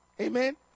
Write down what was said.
Amen